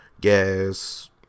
gas